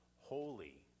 holy